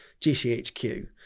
GCHQ